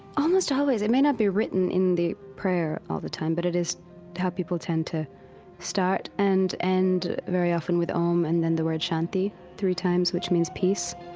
almost always. it may not be written in the prayer all the time, but it is how people tend to start and end, and very often with om and then the word shanti three times, which means peace.